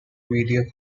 media